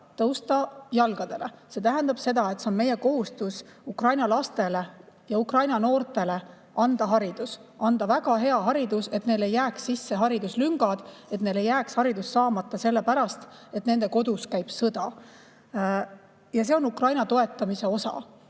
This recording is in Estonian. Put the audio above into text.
tõusta jalgadele. See tähendab seda, et meie kohustus on Ukraina lastele ja Ukraina noortele anda haridus, anda väga hea haridus, et neile ei jääks sisse hariduslüngad, et neil ei jääks haridus saamata selle pärast, et nende kodus käib sõda. See on Ukraina toetamise osa,